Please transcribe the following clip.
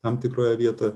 tam tikroje vietoje